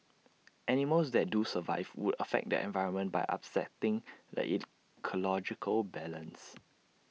animals that do survive would affect the environment by upsetting the ecological balance